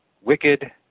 wicked